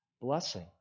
blessing